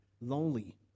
Lonely